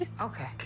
Okay